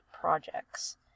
projects